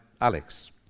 Alex